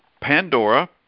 Pandora